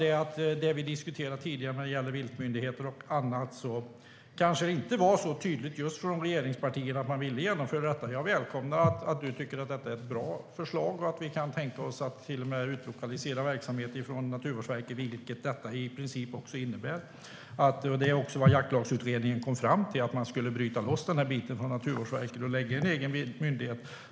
Men det som vi diskuterade tidigare när det gäller en viltmyndighet och annat var det kanske inte så tydligt just från regeringspartierna att de ville genomföra detta. Jag välkomnar att du tycker att detta är ett bra förslag och att vi båda kan tänka oss att till och med utlokalisera verksamhet från Naturvårdsverket, vilket detta i princip innebär. Jaktlagsutredningen kom också fram till att man skulle bryta loss denna del från Naturvårdsverket och lägga den i en egen myndighet.